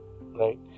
right